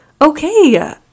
Okay